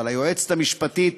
אבל היועצת המשפטית,